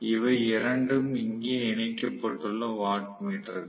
இவை இரண்டும் இங்கே இணைக்கப்பட்டுள்ள வாட் மீட்டர்கள்